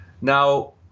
Now